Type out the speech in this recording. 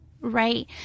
Right